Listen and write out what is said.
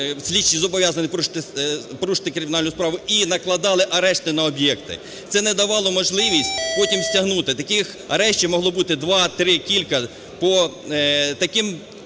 слідчі зобов'язані порушити кримінальну справу і накладали арешти на об'єкти. Це не давало можливість потім стягнути, таких арештів могло бути два, три, кілька, по таким…